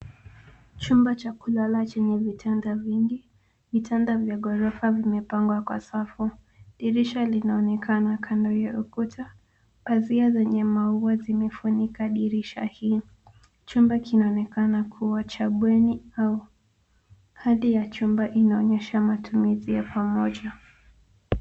Chumba cha kulala chenye vitanda vingi. Vitanda vya gorofa vimepangwa kwa safu. Dirisha linaonekana kando ya hiyo ukuta, pazia zenye maua zimefunika dirisha hii. Chumba kinaonekana kuwa cha bweni au hali ya chumba inaonyesha matumizi ya pamoja.